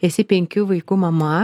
esi penkių vaikų mama